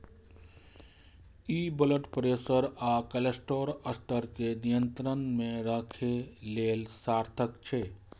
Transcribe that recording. ई blood pressure आ cholesterol स्तर कें नियंत्रण मे राखै लेल सार्थक छै